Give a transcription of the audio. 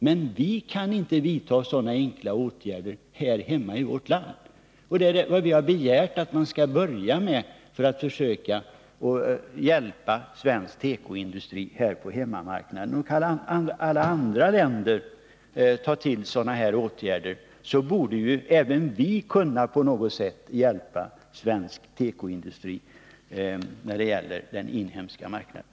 Men vi kan inte vidta sådana enkla åtgärder här hemma i vårt land! Det är vad vi har begärt att man skall börja med för att gynna svensk tekoindustri på hemmamarknaden. Kan alla andra länder ta till sådana åtgärder, så borde även vi på något sätt kunna göra det för att hjälpa svensk tekoindustri på den inhemska marknaden!